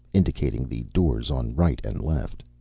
indicating the doors on right and left.